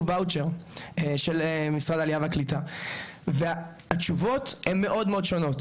וואוצ'ר של משרד העלייה והקליטה והתשובות הם מאוד שונות,